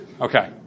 Okay